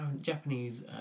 Japanese